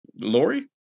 Lori